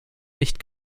nicht